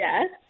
Yes